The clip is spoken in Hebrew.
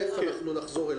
תכף נחזור אליו.